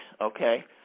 Okay